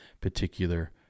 particular